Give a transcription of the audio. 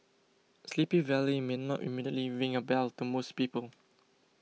Sleepy Valley may not immediately ring a bell to most people